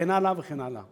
וכן הלאה וכן הלאה.